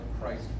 Christ